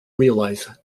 realise